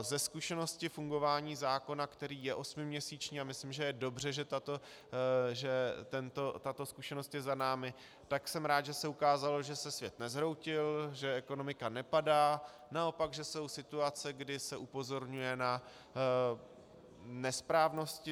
Ze zkušenosti fungování zákona, který je osmiměsíční a myslím, že je dobře, že tato zkušenost je za námi, jsem rád, že se ukázalo, že se svět nezhroutil, že ekonomika nepadá, naopak že jsou situace, kdy se upozorňuje na nesprávnosti.